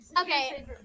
Okay